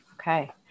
Okay